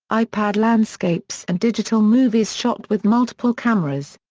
ipad landscapes and digital movies shot with multiple cameras.